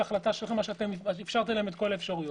לפי החלטה השארתם את כל האפשרויות.